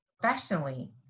professionally